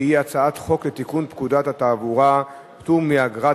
שהיא הצעת חוק לתיקון פקודת התעבורה (פטור מאגרת